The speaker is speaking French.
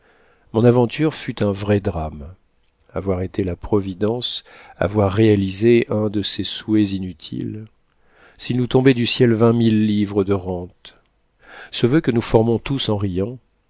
mon aventure fut un vrai drame avoir été la providence avoir réalisé un de ces souhaits inutiles s'il nous tombait du ciel vingt mille livres de rente ce voeu que nous formons tous en riant